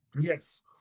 Yes